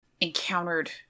encountered